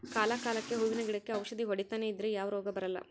ಕಾಲ ಕಾಲಕ್ಕೆಹೂವಿನ ಗಿಡಕ್ಕೆ ಔಷಧಿ ಹೊಡಿತನೆ ಇದ್ರೆ ಯಾವ ರೋಗ ಬರಲ್ಲ